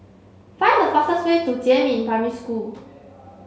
find the fastest way to Jiemin Primary School